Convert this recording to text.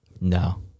No